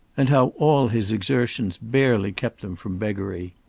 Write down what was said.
and how all his exertions barely kept them from beggary.